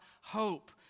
hope